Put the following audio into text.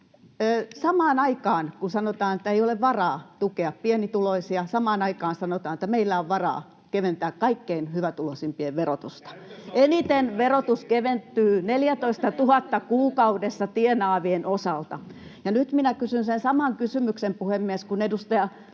Samaan aikaan kun sanotaan, että ei ole varaa tukea pienituloisia, sanotaan, että meillä on varaa keventää kaikkein hyvätuloisimpien verotusta. Eniten verotus keventyy 14 000 kuukaudessa tienaavien osalta. Ja nyt minä kysyn sen saman kysymyksen, puhemies, kuin edustaja